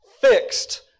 fixed